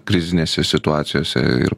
krizinėse situacijose ir